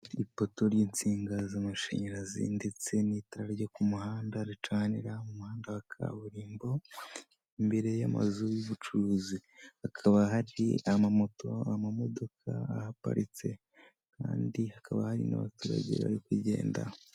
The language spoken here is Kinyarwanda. Ipoto ririho insinga z'amashanyarazi ndetse n'itara ryo ku muhanda, ricanira umuhanda wa kaburimbo, imbere y'amazu y'ubucuruzi, hakaba hari amamoto, amamodoka ahaparitse kandi hakaba hari n'abaturage bari kugenda.